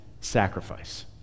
sacrifice